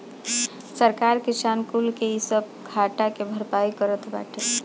सरकार किसान कुल के इ साल सब घाटा के भरपाई करत बाटे